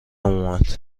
اومد